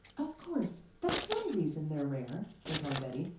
of course that's one reason they're rare, went on betty.